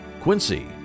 Quincy